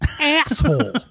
asshole